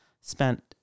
spent